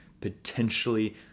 potentially